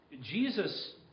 Jesus